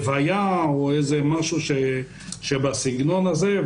לוויה או משהו בסגנון הזה,